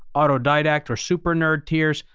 autodidact or super nerd tiers,